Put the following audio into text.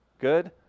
Good